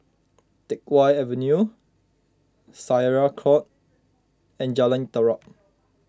Teck Whye Avenue Syariah Court and Jalan Terap